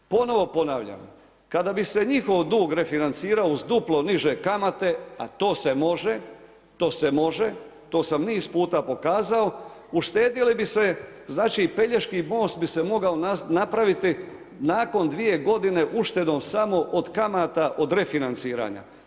Ponovo ponavljam, kada bi se njihov dug refinancirao uz duplo niže kamate, a to se može, to sam niz puta pokazao, uštedjele bi se znači Pelješki most bi se mogao napraviti nakon dvije godine uštedom samo od kamata od refinanciranja.